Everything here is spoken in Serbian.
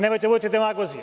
Nemojte da budete demagozi.